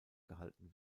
gehalten